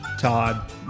Todd